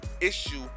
issue